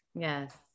Yes